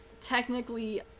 technically